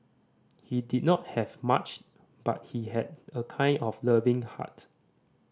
he did not have much but he had a kind and loving heart